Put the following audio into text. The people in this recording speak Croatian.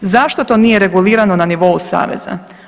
Zašto to nije regulirano na nivou Saveza?